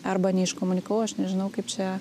arba neiškomunikavau aš nežinau kaip čia